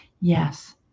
Yes